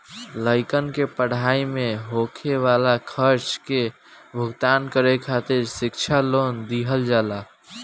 लइकन के पढ़ाई में होखे वाला खर्चा के भुगतान करे खातिर शिक्षा लोन दिहल जाला